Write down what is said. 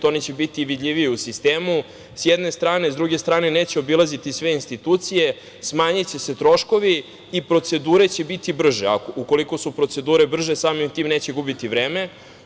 Oni će biti vidljiviji u sistemu, s jedne strane, s druge strane neće obilaziti sve institucije, smanjiće se troškovi i procedure će biti brže, a ukoliko su procedure brže samim tim neće gubiti vreme.